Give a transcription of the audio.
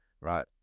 right